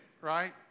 right